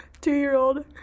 two-year-old